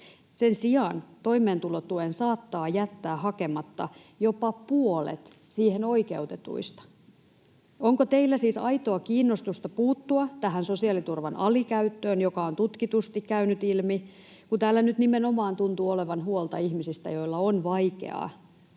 Sen sijaan toimeentulotuen saattaa jättää hakematta jopa puolet siihen oikeutetuista. Onko teillä siis aitoa kiinnostusta puuttua tähän sosiaaliturvan alikäyttöön, joka on tutkitusti käynyt ilmi, kun täällä nyt nimenomaan tuntuu olevan huolta ihmisistä, joilla on vaikeaa?